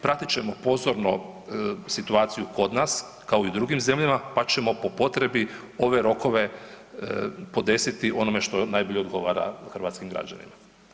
Pratit ćemo pozorno situaciju kod nas kao i u drugim zemljama pa ćemo po potrebi ove rokove podesiti onome što najbolje odgovara hrvatskim građanima.